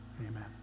amen